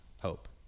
hope